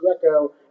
Greco